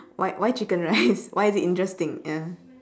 why why chicken rice why is it interesting ya